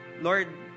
Lord